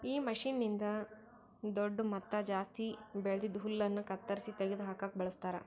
ಈ ಮಷೀನ್ನ್ನಿಂದ್ ದೊಡ್ಡು ಮತ್ತ ಜಾಸ್ತಿ ಬೆಳ್ದಿದ್ ಹುಲ್ಲನ್ನು ಕತ್ತರಿಸಿ ತೆಗೆದ ಹಾಕುಕ್ ಬಳಸ್ತಾರ್